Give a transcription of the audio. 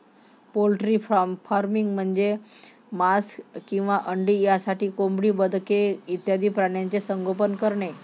poultry farming म्हणजे मांस किंवा अंडी यासाठी कोंबडी, बदके इत्यादी प्राण्यांचे संगोपन करणे